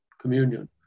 Communion